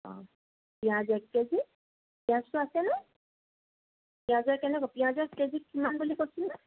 অঁ পিঁয়াজ এক কেজি পিঁয়াজটো আছে ন পিঁয়াজৰ কেনেকুৱা পিঁয়াজৰ কেজি কিমান বুলি কৈছিলে